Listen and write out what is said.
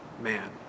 man